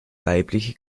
weibliche